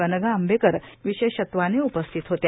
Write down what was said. अनघा आंबेकर विशेषत्वाने उपस्थित होत्या